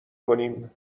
کنیم